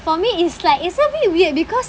for me it's like it's a bit weird because